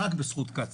רק בזכות קצא"א,